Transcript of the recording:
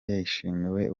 yashimiwe